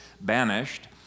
banished